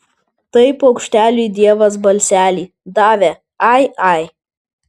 tai paukšteliui dievas balselį davė ai ai